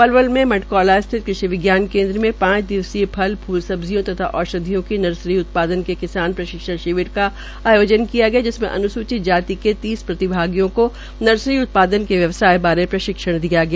पलवल में मंडकौला स्थित कृषि विज्ञान केन्द्र में पांच दिवसीय फल फूल सब्जियों तथा औषधियों की नर्सरी उत्पादन के किसान प्रशिक्षण शिविर का आयोजन किया गया जिससे अन्सूचित जाति के तीस प्रतिभागियों को नर्सरी उत्पादन के व्यवसयाय बारे प्रशिक्षण दिया गया